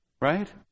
Right